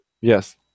Yes